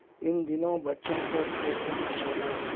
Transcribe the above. ان دنوں بچوں کو کھیل کا مشغلہ